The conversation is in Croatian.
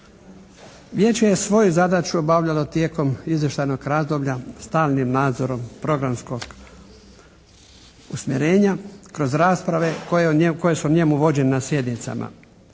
Vijeće je svoju zadaću obavljalo tijekom izvještajnog razdoblja stalnim nadzorom programskog usmjerenja kroz rasprave koje su o njemu vođene na sjednicama